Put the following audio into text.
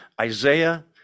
Isaiah